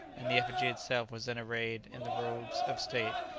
and the effigy itself was then arrayed in the robes of state,